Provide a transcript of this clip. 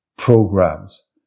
programs